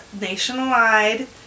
nationwide